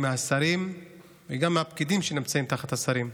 מהשרים וגם מהפקידים שנמצאים תחת השרים.